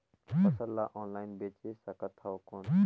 फसल ला ऑनलाइन बेचे सकथव कौन?